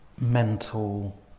mental